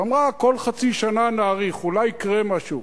ואמרה, כל חצי שנה נאריך, אולי יקרה משהו.